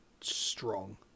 strong